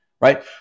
right